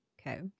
Okay